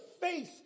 face